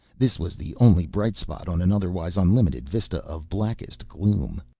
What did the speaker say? this was the only bright spot on an otherwise unlimited vista of blackest gloom.